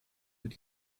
mit